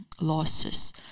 losses